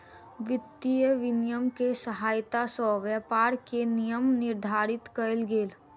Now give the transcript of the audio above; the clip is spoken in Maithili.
वित्तीय विनियम के सहायता सॅ व्यापार के नियम निर्धारित कयल गेल